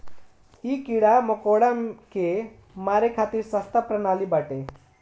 इ कीड़ा मकोड़ा के मारे खातिर सस्ता प्रणाली बाटे